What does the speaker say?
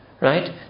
right